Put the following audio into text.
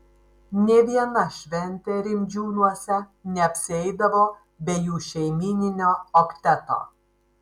nė viena šventė rimdžiūnuose neapsieidavo be jų šeimyninio okteto